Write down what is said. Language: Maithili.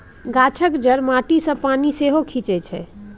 गाछक जड़ि माटी सँ पानि सेहो खीचई छै